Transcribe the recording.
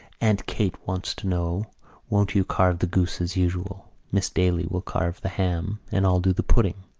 aunt kate wants to know won't you carve the goose as usual. miss daly will carve the ham and i'll do the pudding.